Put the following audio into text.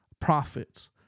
prophets